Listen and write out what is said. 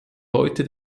heute